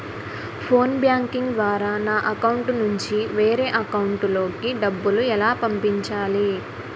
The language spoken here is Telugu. ఫోన్ బ్యాంకింగ్ ద్వారా నా అకౌంట్ నుంచి వేరే అకౌంట్ లోకి డబ్బులు ఎలా పంపించాలి?